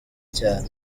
cyane